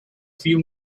few